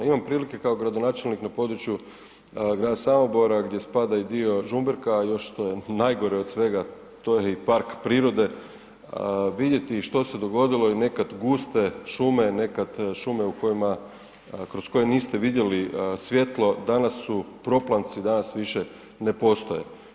Imam prilike kao gradonačelnik na području grada Samobora gdje spada i dio Žumberka, a još što je najgore od svega to je i park prirode, vidjeti i što se dogodilo od nekad guste šume, nekad šume kroz koje niste vidjeli svjetlo, danas su proplanci, danas više ne postoje.